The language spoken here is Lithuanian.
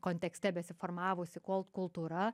kontekste besiformavusi kol kultūra